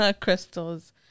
crystals